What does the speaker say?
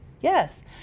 Yes